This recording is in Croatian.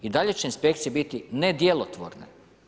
I dalje će inspekcije biti djelotvorne.